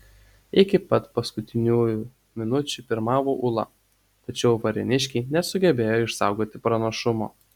iki pat paskutiniųjų minučių pirmavo ūla tačiau varėniškiai nesugebėjo išsaugoti pranašumo